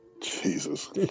Jesus